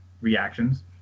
reactions